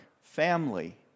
family